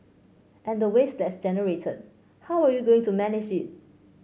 and the waste that's generated how are you going to manage it